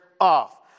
off